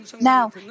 Now